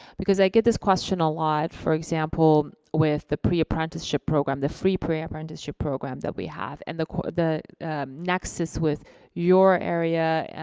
because i get this question a lot, for example, with the pre-apprenticeship program, the free pre-apprenticeship program that we have, and the the nexus with your area.